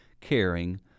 caring